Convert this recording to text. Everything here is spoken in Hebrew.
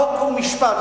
חוק ומשפט,